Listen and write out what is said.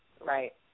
right